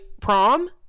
prom